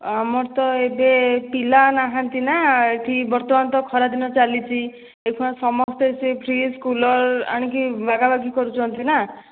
ଆମର ତ ଏବେ ପିଲା ନାହାନ୍ତି ନା ଏଇଠି ବର୍ତ୍ତମାନ ତ ଖରାଦିନ ଚାଲିଛି ଏଇକ୍ଷିଣା ସମସ୍ତେ ସେଇ ଫ୍ରିଜ୍ କୁଲର୍ ଆଣିକି ବାଗାବାଗି କରୁଛନ୍ତି ନା